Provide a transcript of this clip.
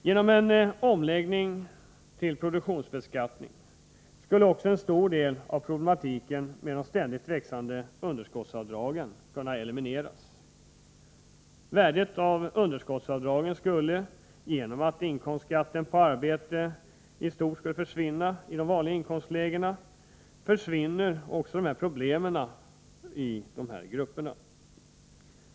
Genom en omläggning till produktionsbeskattning skulle också en stor del av problematiken med de ständigt växande underskottsavdragen kunna elimineras. Värdet av underskottsavdragen skulle försvinna, genom att inkomstskatt på arbete i stort sett inte skulle tas ut i vanliga inkomstlägen, och därmed skulle också de berörda problemen i dessa grupper försvinna.